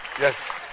Yes